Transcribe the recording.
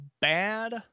bad